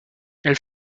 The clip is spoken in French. elle